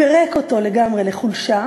פירק אותו לגמרי לחולשה,